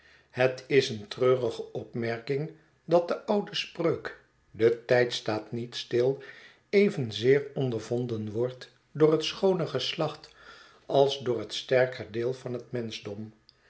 het is een treurige opmerking dat de oude spreuk de tijd staat niet stil evenzeer ondervonden wordt door het schoone geslacht als door het sterker deel van het menschdom